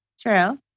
True